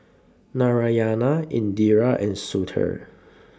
Narayana Indira and Sudhir